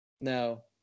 No